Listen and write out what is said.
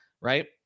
right